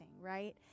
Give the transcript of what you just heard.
right